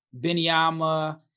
Benyama